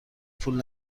پول